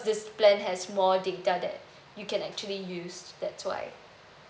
this plan has more data that you can actually use that's why